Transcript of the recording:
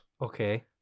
okay